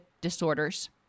disorders